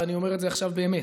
ואני אומר את זה עכשיו באמת,